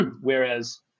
Whereas